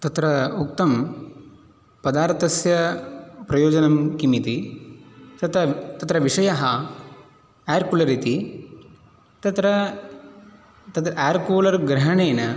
तत्र उक्तं पदार्थस्य प्रयोजनं किम् इति तत्र तत्र विषयः एर्कूलर् इति तत्र तद् एर्कूलर् ग्रहणेन